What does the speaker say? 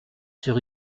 sur